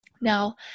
Now